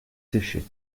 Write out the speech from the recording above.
séché